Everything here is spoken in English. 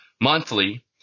monthly